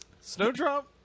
Snowdrop